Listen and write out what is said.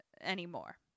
anymore